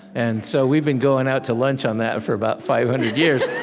and so, we've been going out to lunch on that for about five hundred years